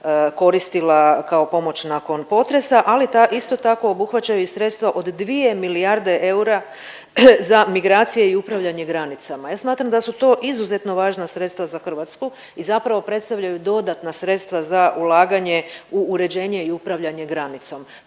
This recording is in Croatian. koristila kao pomoć nakon potresa ali isto tako obuhvaćaju i sredstava od 2 milijarde eura za migracije i upravljanje granicama. Ja smatram da su to izuzetno važna sredstva za Hrvatsku i zapravo predstavljaju dodatna sredstva za ulaganje u uređenje i upravljanje granicom.